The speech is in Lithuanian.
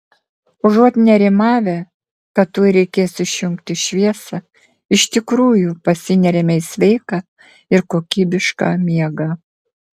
užuot nerimavę kad tuoj reikės išjungti šviesą iš tikrųjų pasineriame į sveiką ir kokybišką miegą